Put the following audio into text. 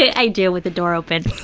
i do, with the door open.